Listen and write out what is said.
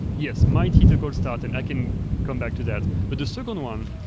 yes, might hit a cold start, and i can come back to that. but the second one,